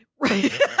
Right